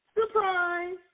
Surprise